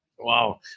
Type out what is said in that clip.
Wow